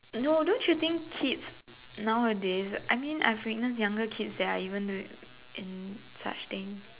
no don't you think kids nowadays I mean I witness younger kids that are even in such things